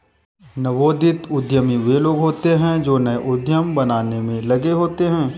नवोदित उद्यमी वे लोग होते हैं जो नए उद्यम बनाने में लगे होते हैं